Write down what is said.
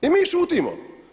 I mi šutimo.